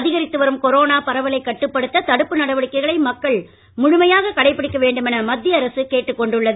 அதிகரித்து வரும் கொரோனா பரவலை கட்டுப்படுத்த தடுப்பு நடவடிக்கைகளை மக்கள் முழுமையாக கடைபிடிக்க வேண்டும் என மத்திய அரசு கேட்டுக்கொண்டுள்ளது